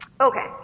Okay